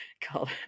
called